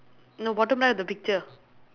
no bottom right of the picture